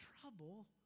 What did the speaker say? trouble